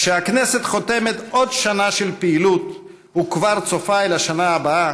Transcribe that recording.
כשהכנסת חותמת עוד שנה של פעילות וכבר צופה אל השנה הבאה,